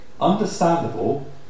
understandable